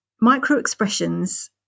micro-expressions